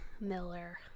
Miller